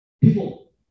People